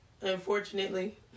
unfortunately